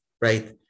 right